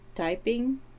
Typing